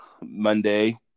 Monday